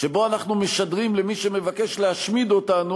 שבו אנחנו משדרים למי שמבקש להשמיד אותנו